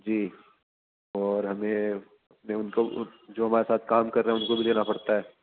جی اور ہمیں ان کو جو ہمارے ساتھ کام کر رہے ہیں ان کو بھی دینا پڑتا ہے